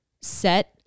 set